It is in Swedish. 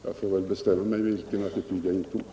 Jag får väl själv bestämma mig för vilken attityd jag intog.